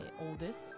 oldest